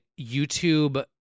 YouTube